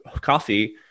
coffee